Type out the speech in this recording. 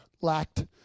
lacked